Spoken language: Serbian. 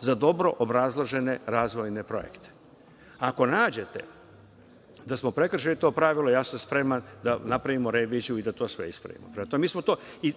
za dobro obrazložene razvojne projekte. Ako nađete da smo prekršili to pravilo, ja sam spreman da napravimo reviziju i da to sve ispravimo.